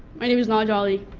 my name is naj ali,